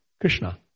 Krishna